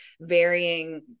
varying